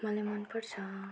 मलाई मनपर्छ